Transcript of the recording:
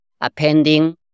appending